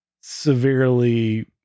severely